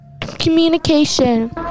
communication